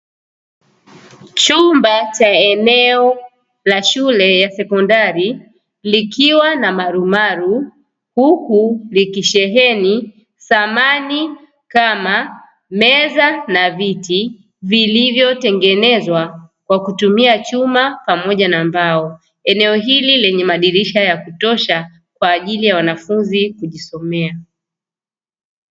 Chumba cha eneo la shule ya sekondari likiwa na marumaru huku likisheheni samani kama meza na viti vilivyotengenezwa kwa kutumia chuma pamoja na mbao eneo hili lenye madirisha ya kutosha kwa ajili ya wanafunzi kujisomea